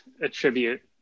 attribute